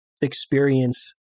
experience